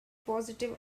positive